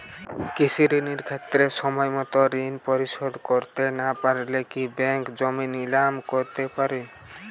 কৃষিঋণের ক্ষেত্রে সময়মত ঋণ পরিশোধ করতে না পারলে কি ব্যাঙ্ক জমি নিলাম করতে পারে?